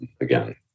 again